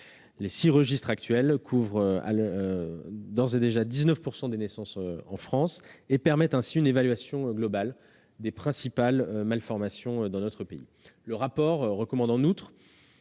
Les six registres actuels couvrent d'ores et déjà 19 % des naissances en France. Ils permettent ainsi une évaluation globale des principales malformations en France. Le rapport recommande, en